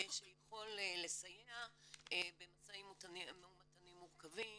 ככוח שיכול לסייע במשאים ומתנים מורכבים